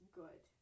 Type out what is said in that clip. good